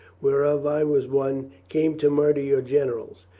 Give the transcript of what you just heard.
whereof i was one, came to murder your generals.